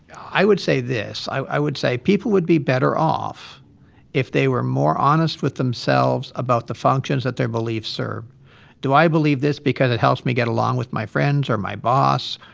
i would say this. i i would say people would be better off if they were more honest with themselves about the functions that their beliefs serve do i believe this because it helps me get along with my friends or my boss,